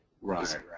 Right